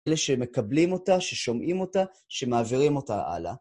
אלה שמקבלים אותה, ששומעים אותה, שמעבירים אותה הלאה.